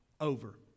over